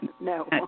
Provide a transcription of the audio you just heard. No